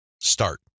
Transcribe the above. start